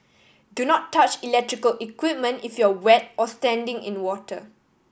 do not touch electrical equipment if you wet or standing in water